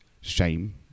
shame